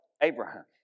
Abraham